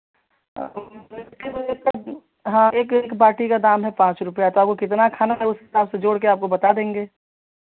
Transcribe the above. हाँ एक एक बाटी का दाम है पाँच रुपया तो आपको कितना खाना है उस हिसाब से जोड़ के आपको बता देंगे